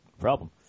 Problem